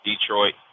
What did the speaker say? Detroit